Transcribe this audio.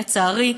לצערי,